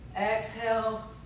Exhale